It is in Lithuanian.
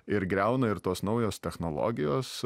ir griauna ir tos naujos technologijos